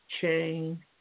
Chain